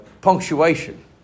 punctuation